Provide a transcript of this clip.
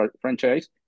franchise